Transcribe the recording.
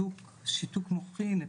שיתוק מוחין,